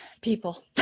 people